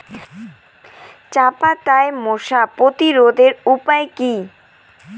চাপাতায় মশা প্রতিরোধের উপায় কি?